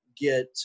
get